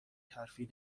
حرفی